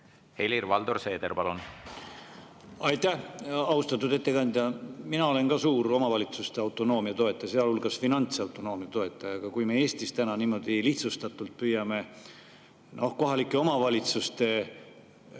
Helir-Valdor Seeder, palun! Aitäh, austatud ettekandja! Mina olen ka suur omavalitsuste autonoomia toetaja, sealhulgas finantsautonoomia toetaja. Aga kui me Eestis täna niimoodi lihtsustatult püüame kohalike omavalitsuste oma